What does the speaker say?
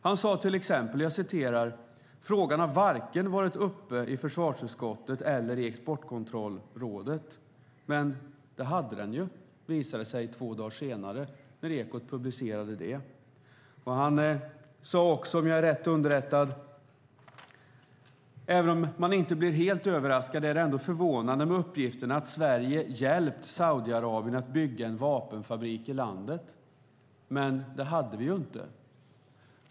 Han sade till exempel: "Frågan har varken varit uppe i försvarsutskottet eller i Exportkontrollrådet." Men det hade den, visade det sig två dagar senare när Ekot publicerade det. Om jag är rätt underrättad sade Torbjörn Björlund också: "Även om man inte blir helt överraskad är det ändå förvånande med uppgifterna att Sverige hjälpt Saudiarabien att bygga en vapenfabrik i landet." Men det hade vi inte.